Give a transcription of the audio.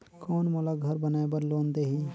कौन मोला घर बनाय बार लोन देही?